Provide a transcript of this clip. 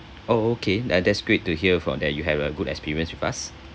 oh okay uh that's great to hear from that you had a good experience with us